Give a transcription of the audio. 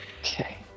Okay